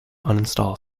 uninstall